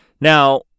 Now